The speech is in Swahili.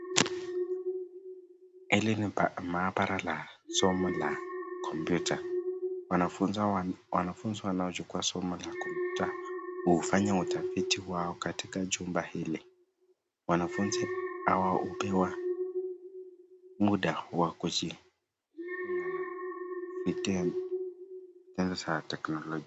Hili ni maabara la somo la kompyuta. Wanafunzi wanaochukua somo la kompyuta hufanya utafiti wao katika chumba hili. Wanafunzi hawa hupewa muda wa kujiunga na vitengo za teknolojia.